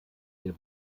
der